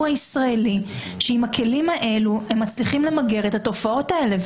הישראלי שעם הכלים האלו היא מצליחה למגר את התופעות האלה,